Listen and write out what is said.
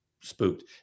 spooked